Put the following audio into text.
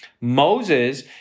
Moses